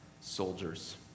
soldiers